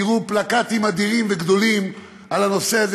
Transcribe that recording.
תראו פלקטים אדירים וגדולים על הנושא הזה